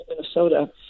Minnesota